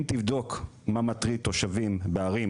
אם תבדוק מה מטריד תושבים בערים,